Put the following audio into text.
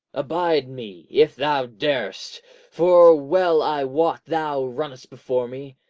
abide me, if thou dar'st for well i wot thou run'st before me,